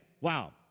Wow